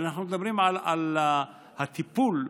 אנחנו מדברים על הטיפול בקשישים,